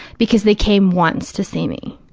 because they came once to see me.